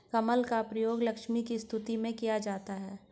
कमल का प्रयोग लक्ष्मी की स्तुति में किया जाता है